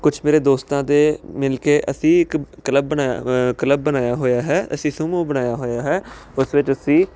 ਕੁਛ ਮੇਰੇ ਦੋਸਤਾਂ ਦੇ ਮਿਲ ਕੇ ਅਸੀਂ ਇਕ ਕਲੱਬ ਬਣਾਇਆ ਹੋਇਆ ਕਲੱਬ ਬਣਾਇਆ ਹੋਇਆ ਹੈ ਅਸੀਂ ਸੂਮੋ ਬਣਾਇਆ ਹੋਇਆ ਹੈ ਉਸ ਵਿੱਚ ਅਸੀਂ